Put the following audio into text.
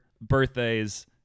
birthdays